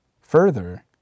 Further